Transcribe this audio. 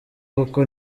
kuko